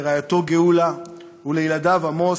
לרעייתו גאולה ולילדיו עמוס,